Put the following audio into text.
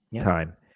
time